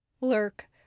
Lurk